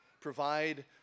provide